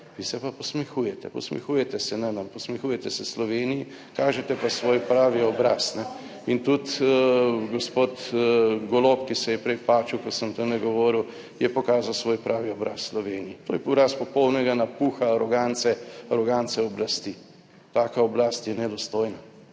vi se pa posmehujete, posmehujete se na nam, posmehujete se Sloveniji, kažete pa svoj pravi obraz. In tudi gospod Golob, ki se je prej pačal, ko sem tamle govoril, je pokazal svoj pravi obraz Sloveniji. To je poraz popolnega napuha, arogance, arogance oblasti. Taka oblast je nedostojna,